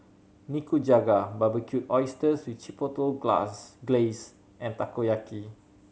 Nikujaga Barbecued Oysters with Chipotle Glass Glaze and Takoyaki